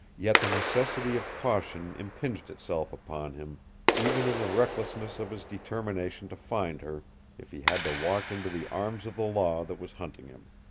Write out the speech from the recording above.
yet the necessity of caution impinged itself upon him even in the recklessness of his determination to find her if he had to walk into the arms of the law that was hunting him.